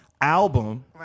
album